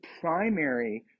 primary